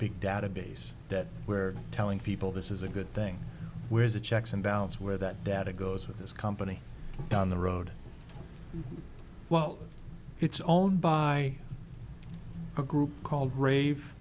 big database that where telling people this is a good thing whereas a checks and balance where that data goes with this company down the road well it's owned by a group called grave